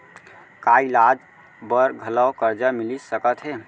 का इलाज बर घलव करजा मिलिस सकत हे?